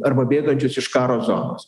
arba bėgančius iš karo zonos